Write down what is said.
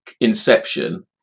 inception